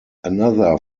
another